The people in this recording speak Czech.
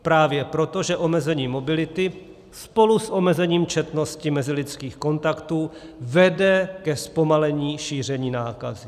Právě proto, že omezení mobility spolu s omezením četnosti mezilidských kontaktů vede ke zpomalení šíření nákazy.